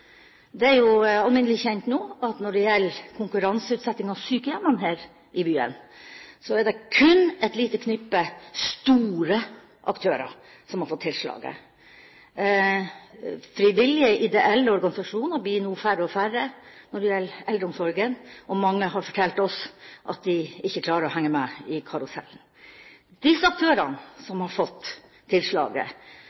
konkurranseutsetting av sykehjemmene her i byen, er det kun et lite knippe store aktører som har fått tilslaget. Frivillige, ideelle organisasjoner blir nå færre og færre når det gjelder eldreomsorgen, og mange har fortalt oss at de ikke klarer å henge med på karusellen. Disse aktørene som